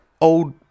old